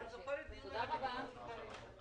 אז אני רוצה לומר משהו.